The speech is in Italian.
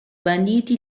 banditi